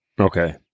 Okay